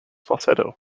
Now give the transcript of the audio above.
falsetto